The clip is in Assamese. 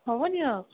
হ'ব দিয়ক